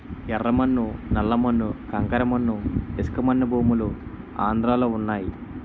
యెర్ర మన్ను నల్ల మన్ను కంకర మన్ను ఇసకమన్ను భూములు ఆంధ్రలో వున్నయి